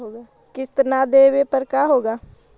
किस्त न देबे पर का होगा?